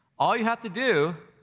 all you have to do.